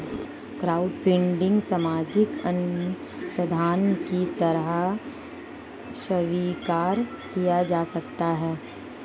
crowdfunding सामाजिक अंशदान की तरह स्वीकार किया जा सकता है